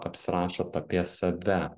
apsirašot apie save